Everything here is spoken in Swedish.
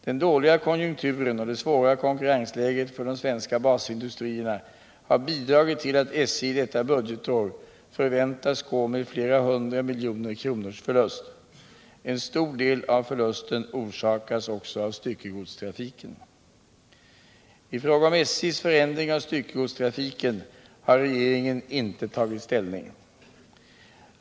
Den dåliga konjunkturen och det svåra konkurrensläget för de svenska basindustrierna har bidragit till att SJ detta budgetår förväntas gå med flera hundra miljoner kronors förlust. En stor del av förlusten orsakas också av styckegodstrafiken, I fråga om SJ:s förändring av styckegodstrafiken har regeringen inte tagit ställning.